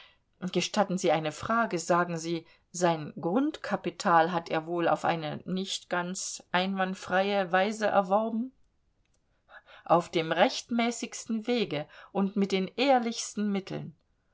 gestatten sie eine frage sagen sie sein grundkapital hat er wohl auf eine nicht ganz einwandfreie weise erworben auf dem rechtmäßigsten wege und mit den ehrlichsten mitteln